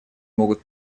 могут